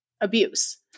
abuse